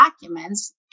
documents